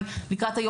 שהוא חודש המאבק,